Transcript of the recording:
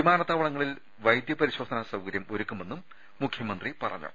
വിമാനത്താവളങ്ങളിൽ വൈദ്യപരിശോധനാ സൌകര്യം ഒരുക്കുമെന്നും മുഖ്യമന്ത്രി പറഞ്ഞു